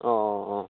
অঁ অঁ অঁ